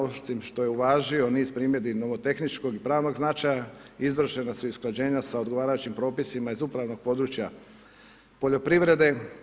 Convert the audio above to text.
Osim što je uvažio niz primjedbi novotehničkog i pravnog značaja, izvršena su i usklađenja sa odgovarajućim propisima iz upravnog područja poljoprivredne.